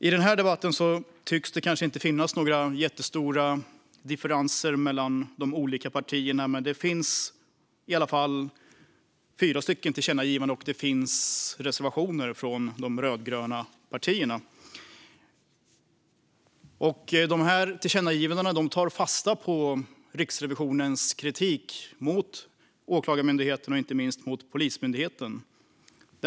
I den här debatten tycks det kanske inte finnas några jättestora differenser mellan de olika partierna. Men det finns i alla fall fyra tillkännagivanden, och det finns reservationer från de rödgröna partierna. Tillkännagivandena tar fasta på Riksrevisionens kritik mot Åklagarmyndigheten och inte minst mot Polismyndigheten.